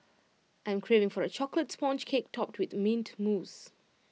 I am craving for A Chocolate Sponge Cake Topped with Mint Mousse